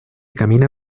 camina